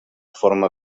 forma